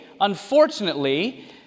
unfortunately